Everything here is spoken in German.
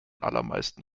allermeisten